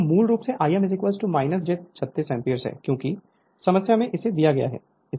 तो मूल रूप से I m j 36 एम्पीयर है क्योंकि समस्या में इसे दिया गया है इसे 36 एम्पीयर दिया गया है